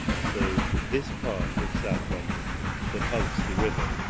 so this part of south london that hugs the river,